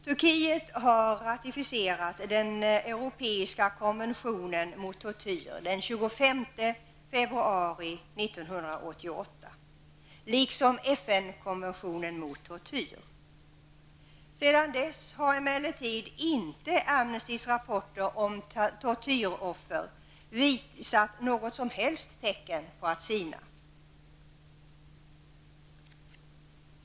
Turkiet har ratificerat den Europeiska konventionen mot tortyr den 25 februari 1988 liksom FNs konvention mot tortyr. Sedan dess har emellertid Amnestys rapporter om tortyroffer inte visat något som helst tecken på att sina.